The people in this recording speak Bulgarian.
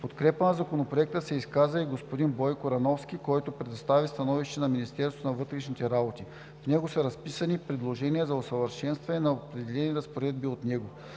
В подкрепа на Законопроекта се изказа и господин Бойко Рановски, който представи становището на Министерство на вътрешните работи. В него са разписани предложения за усъвършенстване на определени разпоредби от него.